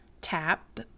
tap